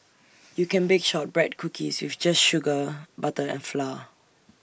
you can bake Shortbread Cookies with just sugar butter and flour